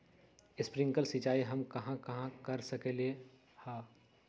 Sprinkle सिंचाई हम कहाँ कहाँ कर सकली ह?